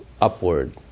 upward